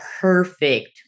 perfect